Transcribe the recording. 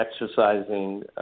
exercising